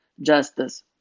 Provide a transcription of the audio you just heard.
Justice